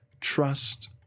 Trust